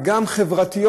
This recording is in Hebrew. וגם השלכות חברתיות,